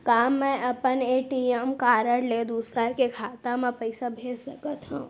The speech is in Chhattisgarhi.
का मैं अपन ए.टी.एम कारड ले दूसर के खाता म पइसा भेज सकथव?